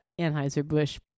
Anheuser-Busch